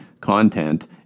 content